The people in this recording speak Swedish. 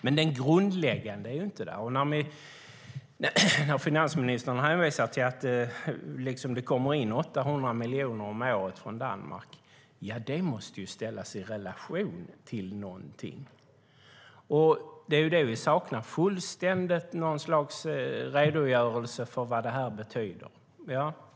Men den grundläggande är inte det. Finansministern hänvisar till att det kommer in 800 miljoner om året från Danmark. Det måste ställas i relation till något, och det saknas fullständigt en redogörelse för vad detta betyder.